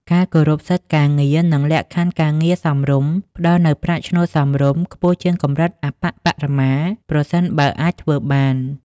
ការគោរពសិទ្ធិការងារ និងលក្ខខណ្ឌការងារសមរម្យ ផ្តល់នូវប្រាក់ឈ្នួលសមរម្យ ខ្ពស់ជាងកម្រិតអប្បបរមា ប្រសិនបើអាចធ្វើបាន។